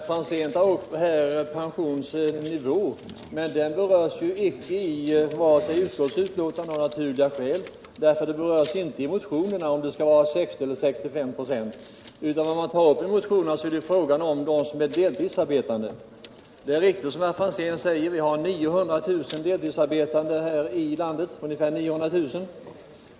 Herr talman! Herr Franzén tog upp pensionsnivån. Men varken i utskottets betänkande — av naturliga skäl — eller i motionen berörs om den skall vara 60 eller 65 96. I motionen talas det om dem som är deltidsarbetande. Det är riktigt som herr Franzén säger, att det finns ungefär 900 000 deltidsarbetande här i landet.